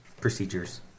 procedures